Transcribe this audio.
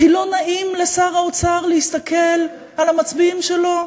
כי לא נעים לשר האוצר להסתכל על המצביעים שלו?